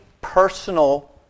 personal